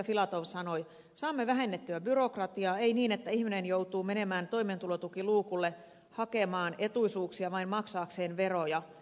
filatov sanoi saamme vähennettyä byrokratiaa ei niin että ihminen joutuu menemään toimeentulotukiluukulle hakemaan etuisuuksia vain maksaakseen veroja